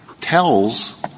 tells